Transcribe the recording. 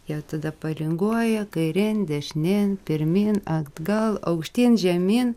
jie tada palinguoja kairėn dešinėn pirmyn atgal aukštyn žemyn